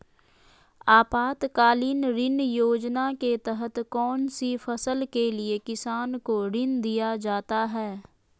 आपातकालीन ऋण योजना के तहत कौन सी फसल के लिए किसान को ऋण दीया जाता है?